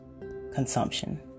consumption